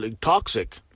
toxic